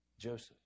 Joseph